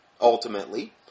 ultimately